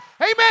amen